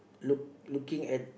look looking at